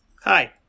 Hi